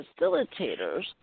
facilitators